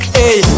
hey